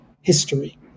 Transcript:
history